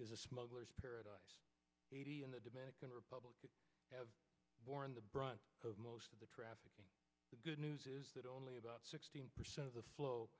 is a smugglers paradise and the dominican republic have borne the brunt of most of the traffic the good news is that only about sixteen percent of the flow